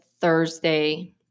Thursday